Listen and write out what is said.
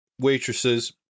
waitresses